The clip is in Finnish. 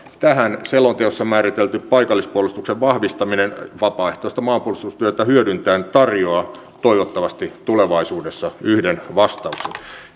tähän selonteossa määritelty paikallispuolustuksen vahvistaminen vapaaehtoista maanpuolustustyötä hyödyntäen tarjoaa toivottavasti tulevaisuudessa yhden vastauksen